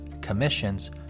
commissions